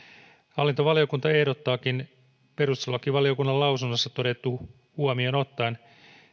hallintovaliokunta ehdottaakin perustuslakivaliokunnan lausunnossa todettu huomi oon ottaen